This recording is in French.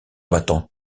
battant